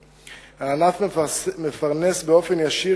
של חבר הכנסת גדעון עזרא,